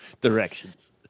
Directions